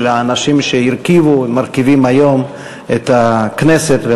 של האנשים שהרכיבו ומרכיבים היום את הכנסת.